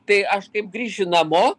tai aš kaip grįšiu namo